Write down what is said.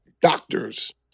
doctors